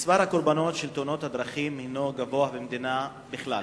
מספר הקורבנות בתאונות הדרכים הינו גבוה במדינה בכלל,